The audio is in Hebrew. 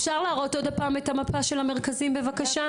אפשר להראות עוד הפעם את המפה של המרכזים בבקשה?